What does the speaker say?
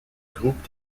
groupe